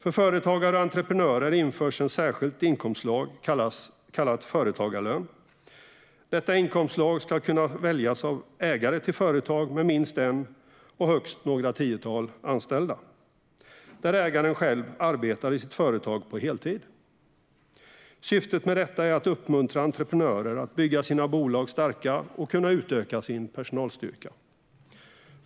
För företagare och entreprenörer införs ett särskilt inkomstslag kallat företagarlön. Detta inkomstslag ska kunna väljas av ägare till företag med minst en och högst några tiotal anställda, om ägaren själv arbetar i sitt företag på heltid. Syftet med detta är att uppmuntra entreprenörer att bygga sina bolag starka och utöka sin personalstyrka.